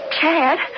Chad